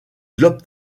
globes